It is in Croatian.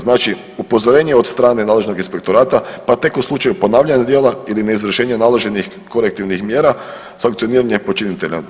Znači, upozorenje od strane nadležnog inspektorata pa tek u slučaju ponavljanja djela ili neizvršenja naloženih korektivnih mjera sankcioniranje počinitelja.